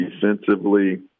defensively